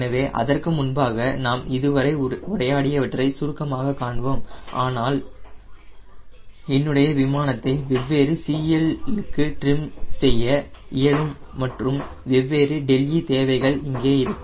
எனவே அதற்கு முன்பாக நாம் இதுவரை உரையாடியற்றை சுருக்கமாக காண்போம் ஆனால் என்னுடைய விமானத்தை வெவ்வேறு CL க்கு ட்ரிம் செய்ய இயலும் மற்றும் வெவ்வேறு δe தேவைகள் இங்கே இருக்கும்